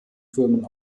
firmen